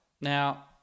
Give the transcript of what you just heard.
Now